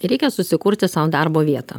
reikia susikurti sau darbo vietą